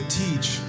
teach